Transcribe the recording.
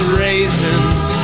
raisins